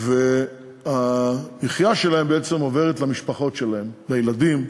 מהן והמחיה שלהם בעצם עוברת למשפחות שלהם, לילדים,